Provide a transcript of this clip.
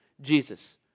Jesus